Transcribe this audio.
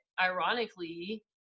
ironically